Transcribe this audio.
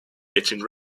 getting